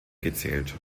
gezählt